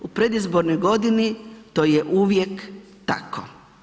U predizbornoj godini to je uvijek tako.